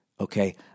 okay